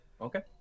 Okay